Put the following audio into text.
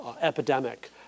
epidemic